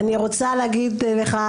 אני רוצה להגיד לך,